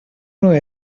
nueva